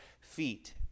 feet